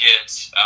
Get